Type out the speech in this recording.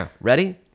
Ready